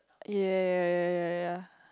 yea yea yea yea yea